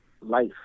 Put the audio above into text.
life